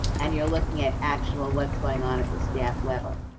and you're looking at actual what's going on at the staff level.